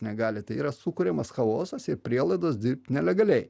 negali tai yra sukuriamas chaosas ir prielaidos dirbt nelegaliai